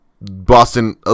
Boston